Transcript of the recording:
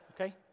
Okay